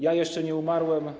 Ja jeszcze nie umarłem.